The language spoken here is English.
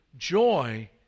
Joy